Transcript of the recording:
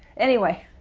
anyway,